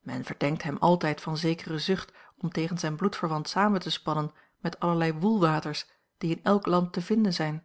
men verdenkt hem altijd van zekere zucht om tegen zijn bloedverwant samen te spannen met allerlei woelwaters die in elk land zijn te vinden